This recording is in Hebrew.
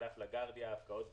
מחלף לה גרדיה הפקעות בוצעו.